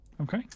Okay